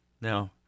Now